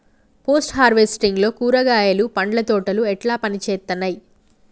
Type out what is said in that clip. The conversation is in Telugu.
పోస్ట్ హార్వెస్టింగ్ లో కూరగాయలు పండ్ల తోటలు ఎట్లా పనిచేత్తనయ్?